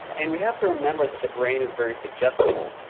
and we have to remember that the brain is very suggestible.